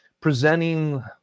presenting